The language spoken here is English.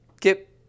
get